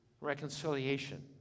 reconciliation